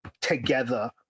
together